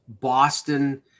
Boston